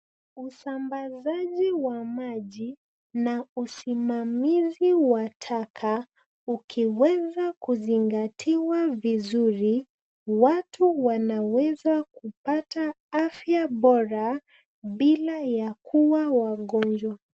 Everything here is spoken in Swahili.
Usambazaji wa maji na usimamizi wa taka ukiweza kuzingatiwa vizuri, watu wanaweza kupata afya bora bila ya kuwa wagonjwa.